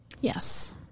Yes